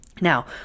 Now